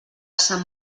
sant